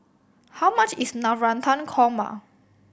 how much is Navratan Korma